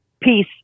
peace